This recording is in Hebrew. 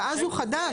ואז הוא חדש,